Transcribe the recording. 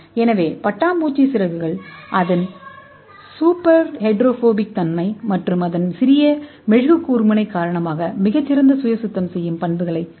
எனவே பட்டாம்பூச்சி சிறகுகள் அதன் சூப்பர் ஹைட்ரோபோபிக் தன்மை மற்றும் அதன் சிறிய மெழுகு கூர்முனை காரணமாக மிகச் சிறந்த சுய சுத்தம் செய்யும் பண்புகளைக் கொண்டுள்ளன